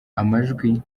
amajwi